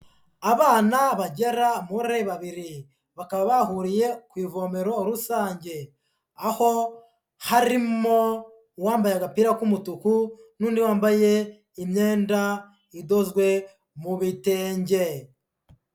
Abana bagera muri babiri bakaba bahuriye ku ivomero rusange, aho harimo uwambaye agapira k'umutuku n'undi wambaye imyenda idozwe mu bitenge.